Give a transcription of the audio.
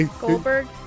Goldberg